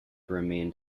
remained